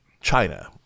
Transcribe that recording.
China